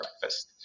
breakfast